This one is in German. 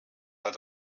hat